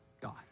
God